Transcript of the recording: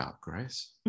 grace